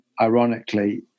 ironically